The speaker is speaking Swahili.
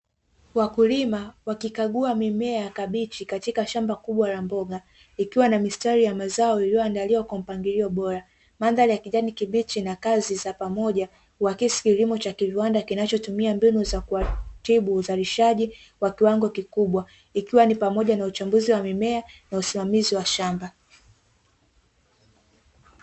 Wakulima wakikagua mimea ya kabichi katika shamba kubwa la mboga ikiwa na mistari ya mazao iliyoandaliwa kwa mpangilio bora, mandhari ya kijazi kibichi na kazi za pamoja huakisi kilimo cha kiviwanda kinachotumia mbinu za kuratibu uzalishaji wa kiwango kikubwa ikiwa ni pamoja na uchambuzi wa mimea na usimamizi wa shamba.